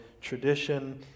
tradition